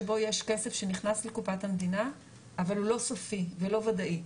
שבו יש כסף שנכנס לקופת המדינה אבל הוא לא סופי ולא ודאי.